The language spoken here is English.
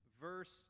verse